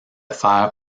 faire